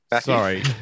Sorry